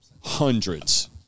hundreds